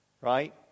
right